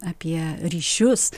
apie ryšius